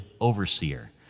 overseer